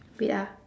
wait ah